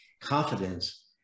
confidence